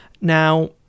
Now